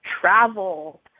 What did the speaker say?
travel